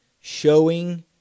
showing